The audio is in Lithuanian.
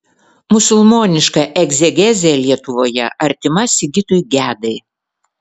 musulmoniška egzegezė lietuvoje artima sigitui gedai